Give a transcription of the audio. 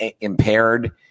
impaired